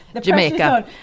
jamaica